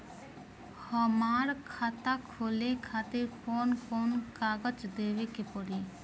हमार खाता खोले खातिर कौन कौन कागज देवे के पड़ी?